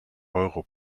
euro